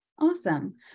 Awesome